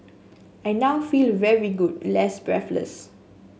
I now feel very good less breathless